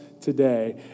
today